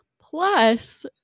plus